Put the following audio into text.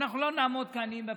אנחנו לא נעמוד כעניים בפתח.